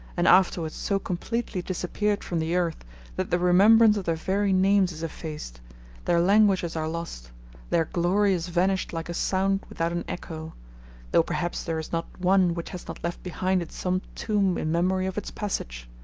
and afterwards so completely disappeared from the earth that the remembrance of their very names is effaced their languages are lost their glory is vanished like a sound without an echo though perhaps there is not one which has not left behind it some tomb in memory of its passage!